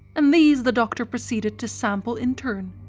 and these the doctor proceeded to sample in turn.